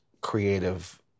creative